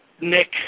Nick